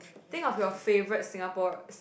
think of your favorite Singapore